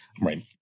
Right